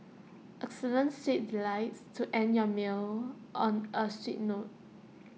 excellent seat delights to end your meals on A sweet note